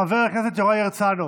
חבר הכנסת יוראי הרצנו.